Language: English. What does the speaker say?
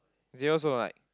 Xavier also don't like